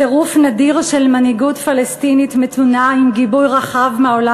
צירוף נדיר של מנהיגות פלסטינית מתונה עם גיבוי רחב מהעולם